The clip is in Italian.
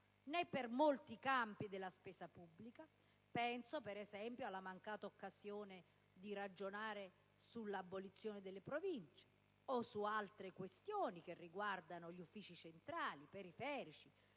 in molti campi della spesa pubblica: penso, ad esempio, alla mancata occasione di ragionare sull'abolizione delle Province o su altre questioni che riguardano i Ministeri, gli uffici centrali e periferici